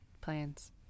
plans